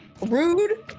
Rude